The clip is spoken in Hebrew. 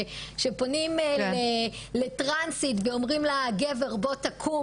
שפונים לטרנסית ואומרים לה "דבר בוא תקום,